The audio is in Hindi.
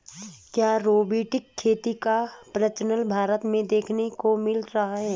क्या रोबोटिक खेती का प्रचलन भारत में देखने को मिल रहा है?